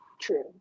True